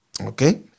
Okay